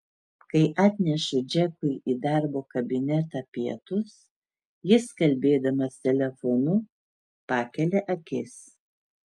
kai atnešu džekui į darbo kabinetą pietus jis kalbėdamas telefonu pakelia akis